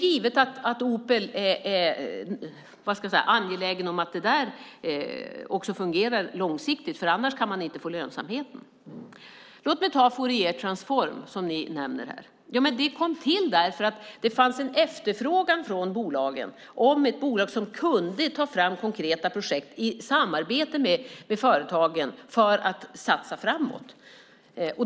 Opel är naturligtvis angeläget om att företaget även fungerar långsiktigt. I annat fall kan man inte få någon lönsamhet. Låt mig ta upp Fouriertransform, som nämnts i debatten. Den kom till för att det från bolagens sida fanns en efterfrågan på ett bolag som kunde ta fram konkreta projekt i samarbete med företagen för att satsa framåt.